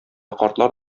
картлар